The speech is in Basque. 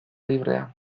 librea